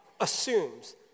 assumes